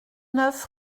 neuf